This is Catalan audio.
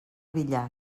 villar